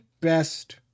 best